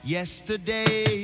Yesterday